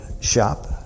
shop